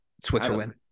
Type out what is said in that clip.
Switzerland